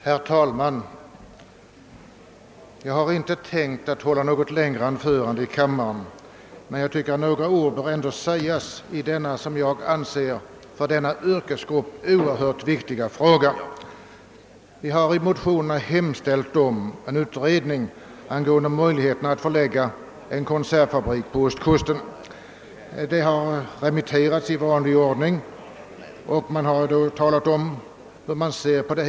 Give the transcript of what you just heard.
Herr talman! Jag har inte för avsikt att här hålla något längre anförande, men jag tycker att några ord bör sägas i denna för fiskarna som yrkesgrupp så oerhört viktiga fråga. om en förutsättningslös utredning beträffande möjligheterna att anlägga en konserveringsindustri för fisk på ostkusten». Ärendet har varit på remiss i vanlig ordning, och remissinstanserna har meddelat hur de ser på frågan.